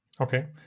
Okay